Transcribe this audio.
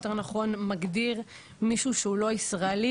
או יותר נכון מגדיר מישהו שהוא לא ישראלי,